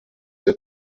der